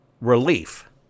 Relief